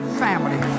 family